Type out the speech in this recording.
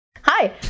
Hi